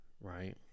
right